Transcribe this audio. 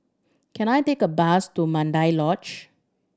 can I take a bus to Mandai Lodge